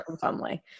family